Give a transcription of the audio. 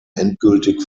endgültig